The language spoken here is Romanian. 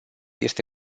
este